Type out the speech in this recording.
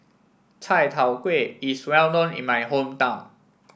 Chai Tow Kuay is well known in my hometown